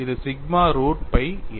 இது sigma root pi a